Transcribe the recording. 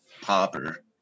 Popper